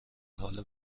حال